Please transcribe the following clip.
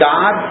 God